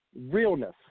Realness